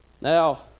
Now